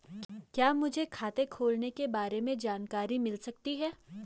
क्या मुझे खाते खोलने के बारे में जानकारी मिल सकती है?